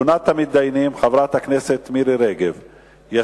שמספרן 3330, 3341, 3355